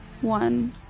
One